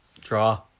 Draw